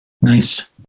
Nice